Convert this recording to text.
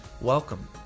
Welcome